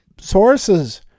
sources